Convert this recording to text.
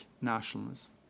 nationalism